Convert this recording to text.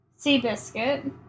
Seabiscuit